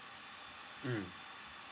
mm